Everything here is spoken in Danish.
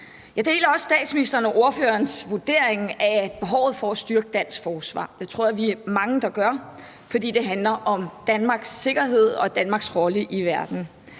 Jeg deler også statsministeren og ordførerens vurdering af, at der er behov for at styrke dansk forsvar. Det tror jeg vi er mange der gør, for det handler om Danmarks sikkerhed og Danmarks rolle i verden.